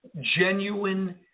Genuine